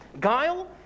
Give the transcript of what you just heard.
Guile